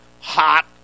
hot